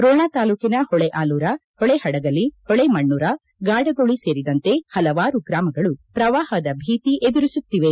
ರೋಣ ತಾಲೂಕಿನ ಹೊಳೆಆಲೂರ ಹೊಳೆಹಡಗಲಿ ಹೊಳೆ ಮಣ್ಣೂರ ಗಾಡಗೊಳಿ ಸೇರಿದಂತೆ ಹಲವಾರು ಗ್ರಾಮಗಳು ಪ್ರವಾಹದ ಭೀತಿ ಎದುರಿಸುತ್ತಿವೆ